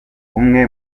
umwe